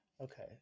Okay